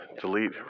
delete